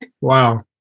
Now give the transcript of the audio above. Wow